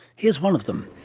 here's one of them.